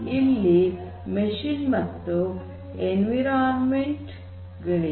ಇಲ್ಲಿ ಮಷೀನ್ ಮತ್ತು ಎನ್ವಿರಾನ್ಮೆಂಟ್ ಇವೆ